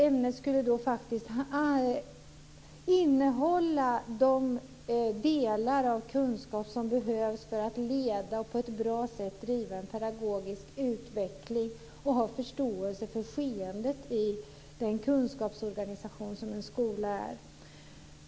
Ämnet skulle innehålla de kunskapsdelar som behövs för att leda och för att på ett bra sätt driva en pedagogisk utveckling och ha förståelse för skeendet i den kunskapsorganisation som en skola är.